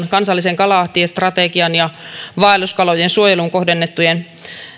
kansallisen kalatiestrategian ja vaelluskalojen suojeluun kohdennettujen